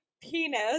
penis